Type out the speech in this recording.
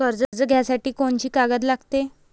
कर्ज घ्यासाठी कोनची कागद लागते?